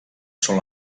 són